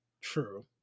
True